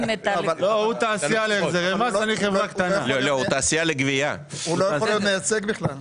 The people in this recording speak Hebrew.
הוא לא יכול להיות מייצג בכלל,